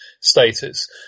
status